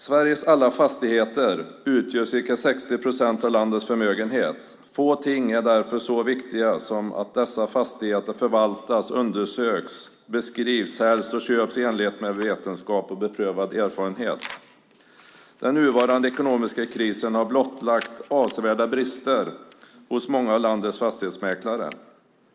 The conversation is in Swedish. Sveriges alla fastigheter utgör ca 60 procent av landets förmögenhet. Få ting är därför så viktiga som att dessa fastigheter förvaltas, undersöks, beskrivs, säljs och köps i enlighet med vetenskap och beprövad erfarenhet. Den nuvarande ekonomiska krisen har blottlagt avsevärda brister hos många av landets fastighetsmäklare.